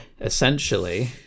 essentially